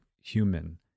human